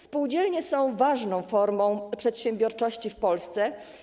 Spółdzielnie są ważną formą przedsiębiorczości w Polsce.